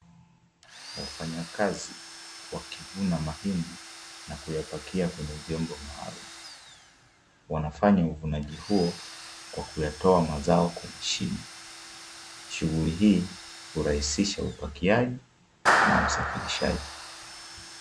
Wafanyakazi wakivuna mahindi na kuyapakia kwenye vyombo maalumu wanafanya uvunaji huo kwa kuyatoa mazao kwa chini, shughuli hii hurahisisha upakiaji na usafirishaji.